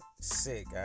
sick